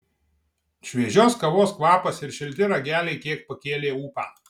šviežios kavos kvapas ir šilti rageliai kiek pakėlė ūpą